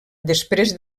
després